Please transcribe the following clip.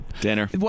Dinner